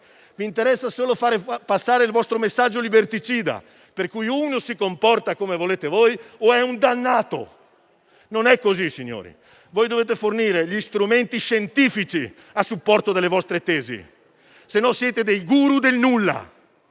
Vi importa solo far passare il vostro messaggio liberticida per cui uno si comporta come volete voi o è un dannato. Signori, non è così. Voi dovete fornire gli strumenti scientifici a supporto delle vostre tesi, altrimenti siete dei *guru* del nulla